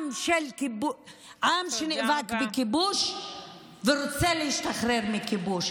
עם שנאבק בכיבוש ורוצה להשתחרר מכיבוש.